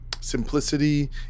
simplicity